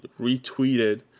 retweeted